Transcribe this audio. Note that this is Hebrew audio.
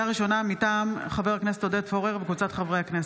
מטעם חבר הכנסת עודד פורר וקבוצת חברי הכנסת.